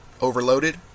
overloaded